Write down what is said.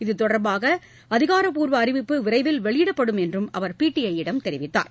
இதுதொடர்பாக அதிகாரப்பூர்வ அறிவிப்பு விரைவில் வெளியிடப்படும் என்றும் அவர் பிடிஐ யிடம் தெரிவித்தார்